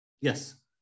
Yes